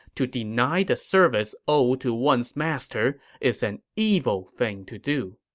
to deny the service owed to one's master is an evil thing to do.